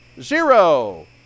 Zero